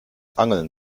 angeln